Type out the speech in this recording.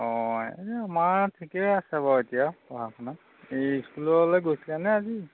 অঁ এই আমাৰ ঠিকেই আছে বাৰু এতিয়া পঢ়া শুনা এই স্কুললৈ গৈছিলে নে আজি